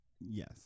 Yes